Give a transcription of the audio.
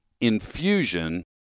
infusion